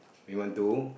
we want to